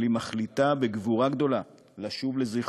אבל היא מחליטה בגבורה גדולה לשוב לזיכרון.